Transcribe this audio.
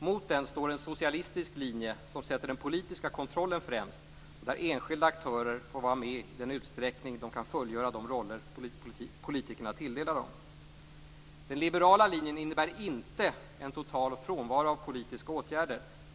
Mot den står en socialistisk linje som sätter den politiska kontrollen främst och där enskilda aktörer får vara med i den utsträckning de kan fullgöra de roller som politikerna tilldelar dem. Den liberala linjen innebär inte en total frånvaro av politiska åtgärder.